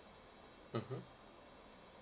mmhmm